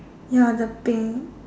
ya the pink